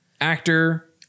actor